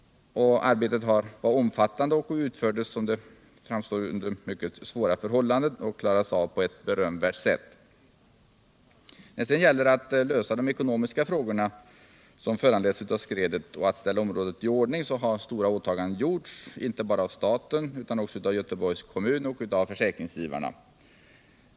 Arbetet var omfattande och utfördes under mycket svåra förhållanden. Det klarades av på ett berömvärt sält. När det sedan gäller att lösa de ekonomiska frågor som föranleds av skredet och att ställa området i ordning har stora åtaganden gjorts inte bara av staten utan också av Göteborgs kommun och försäkringsgivarna.